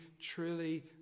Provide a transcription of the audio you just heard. truly